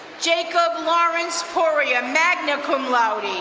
jacob lawrence poria, magna cum laude.